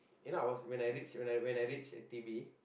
you know I was when I reach when I when I reach D_B